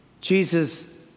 Jesus